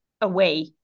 away